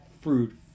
fruit